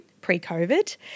pre-COVID